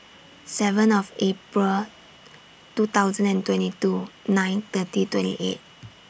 seven of April two thousand and twenty two nine thirty twenty eight